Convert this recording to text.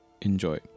enjoy